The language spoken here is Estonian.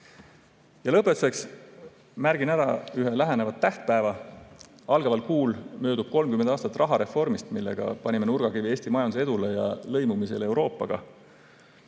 Lõpetuseks märgin ära ühe läheneva tähtpäeva. Algaval kuul möödub 30 aastat rahareformist, millega panime nurgakivi Eesti majandusedule ja Euroopaga